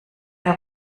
der